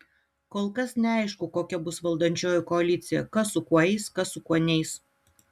kol kas neaišku kokia bus valdančioji koalicija kas su kuo eis kas su kuo neis